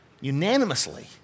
unanimously